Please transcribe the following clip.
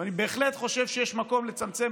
אני בהחלט חושב שיש מקום לצמצם,